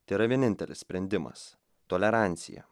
tėra vienintelis sprendimas tolerancija